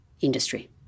industry